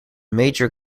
major